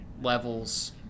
levels